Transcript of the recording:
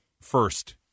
first